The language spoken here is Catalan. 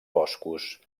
boscos